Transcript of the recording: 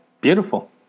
Beautiful